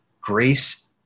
grace